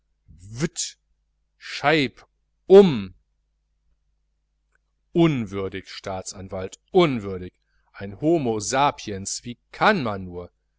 scheib um unwürdig staatsanwalt unwürdig ein homo sapiens wie kann man nur